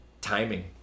timing